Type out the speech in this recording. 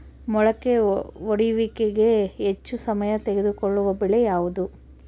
ಮೊಳಕೆ ಒಡೆಯುವಿಕೆಗೆ ಹೆಚ್ಚು ಸಮಯ ತೆಗೆದುಕೊಳ್ಳುವ ಬೆಳೆ ಯಾವುದು?